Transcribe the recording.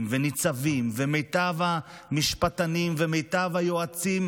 וניצבים ומיטב המשפטנים ומיטב היועצים,